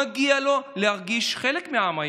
מגיע לו להרגיש חלק מהעם היהודי.